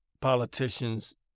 politicians